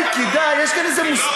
כדאי, אל תזכיר חבל בבית התלוי.